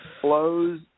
flows